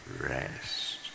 rest